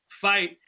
fight